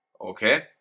okay